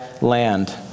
land